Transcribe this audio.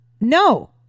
no